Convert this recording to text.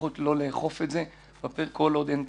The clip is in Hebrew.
לפחות לא לאכוף את זה כל עוד אין תקנות.